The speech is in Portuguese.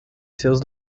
seus